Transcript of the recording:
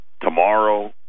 tomorrow